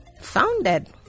founded